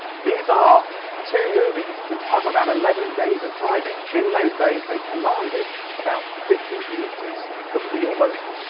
these are two movies that cover about eleven days of driving. in those days, they commanded about fifty metres of wheel motion,